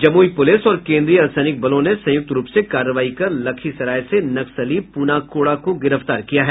Jamui police और केंद्रीय अर्धसैनिक बलों ने संयुक्त रूप से कार्रवाई कर लखीसराय से नक्सली पुना कोड़ा को गिरफ्तार किया है